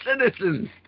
citizens